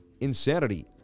Insanity